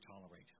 tolerate